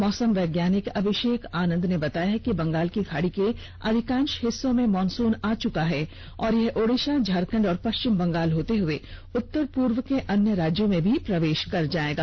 मौसम वैज्ञानिक अभिषेक आनंद ने बताया कि बंगाल की खाड़ी के अधिकांष हिस्सों में मॉनसून आ चुका है और यह ओड़िषा झारखंड और पष्विम बंगाल होते हुए उत्तर पूर्व के अन्य राज्यों में भी प्रवेष कर जायेगा